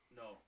no